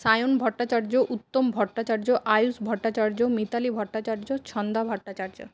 Sayan Bhattacharya Uttam Bhattacharya Ayush Bhattacharya Mitali Bhattacharya Chhanda Bhattacharya